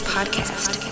Podcast